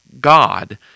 God